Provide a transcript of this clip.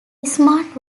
smart